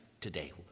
today